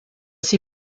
sie